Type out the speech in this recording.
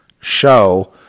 show